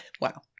wow